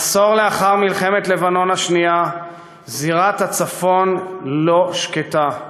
עשור לאחר מלחמת לבנון השנייה זירת הצפון אינה שקטה,